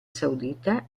saudita